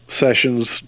sessions